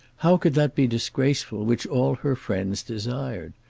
how could that be disgraceful which all her friends desired?